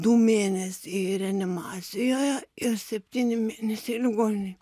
du mėnesiai reanimacijoje ir septyni mėnesiai ligoninėj